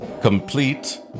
Complete